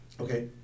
okay